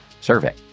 survey